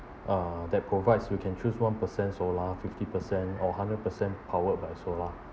ah that provides you can choose one percent solar fifty percent or hundred percent powered by solar